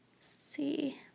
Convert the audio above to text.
See